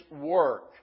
work